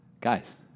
Guys